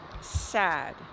sad